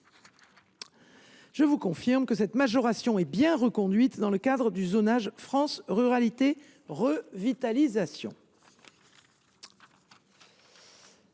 Je vous confirme que cette majoration est bien reconduite dans le cadre du zonage FRR. Pour autant, l’application